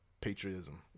patriotism